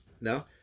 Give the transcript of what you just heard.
No